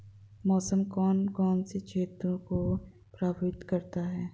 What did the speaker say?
मौसम कौन कौन से क्षेत्रों को प्रभावित करता है?